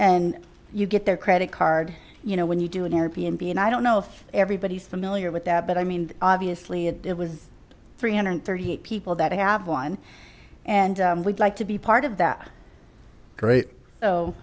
and you get their credit card you know when you do an airbnb and i don't know if everybody's familiar with that but i mean obviously it was three hundred and thirty eight people that have one and we'd like to be part of that great oh